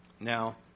Now